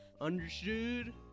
Understood